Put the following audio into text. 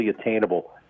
attainable